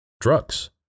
drugs